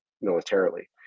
militarily